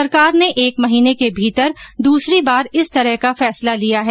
सरकार ने एक महीने के भीतर दूसरी बार इस तरह का फैसला लिया है